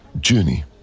journey